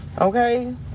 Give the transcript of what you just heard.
Okay